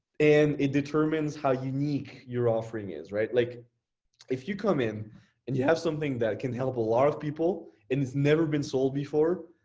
and it determines how unique your offering is. like if you come in and you have something that can help a lot of people and it's never been sold before.